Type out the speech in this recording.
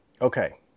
Okay